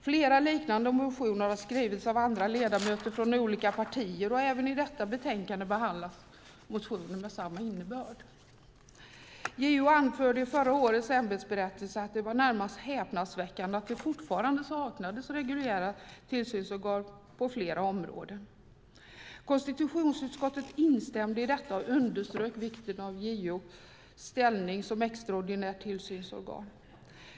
Flera liknande motioner har skrivits av andra ledamöter från olika partier, och även i detta betänkande behandlas motioner med samma innebörd. JO anförde i förra årets ämbetsberättelse att det var närmast häpnadsväckande att det fortfarande saknades reguljära tillsynsorgan på flera områden. Konstitutionsutskottet instämde i detta och underströk vikten av JO:s ställning som extraordinärt tillsynsorgan.